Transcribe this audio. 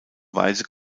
weise